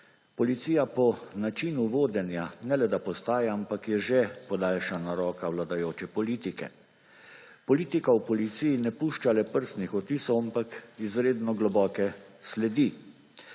Policija po načinu vodenja ne le da postaja, ampak je že podaljšana roka vladajoče politike. Politika v policiji ne pušča le prstnih odtisov, ampak izredno globoke sledi.